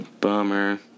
Bummer